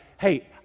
hey